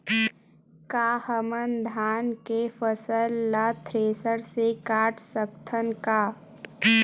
का हमन धान के फसल ला थ्रेसर से काट सकथन का?